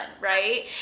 right